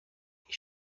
iri